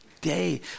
day